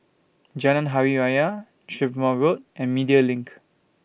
Jalan Hari Raya Strathmore Road and Media LINK